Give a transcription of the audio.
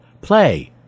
Play